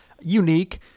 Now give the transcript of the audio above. unique